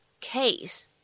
case